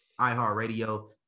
iHeartRadio